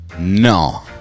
No